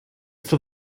for